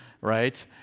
right